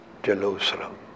Jerusalem